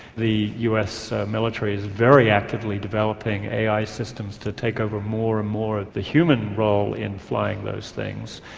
the us military is very actively developing ai systems to take over more and more of the human role in flying those things.